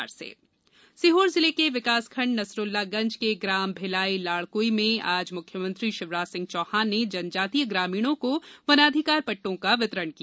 पट्टा वितरण सीहोर जिले के विकासखंड नसुरल्लागंज के ग्राम भिलाई लाड़कुई में आज मुख्यमंत्री शिवराज सिंह चौहान ने जनजातीय ग्रामीणें को वनाधिकार पट्टों का वितरण किया